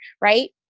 right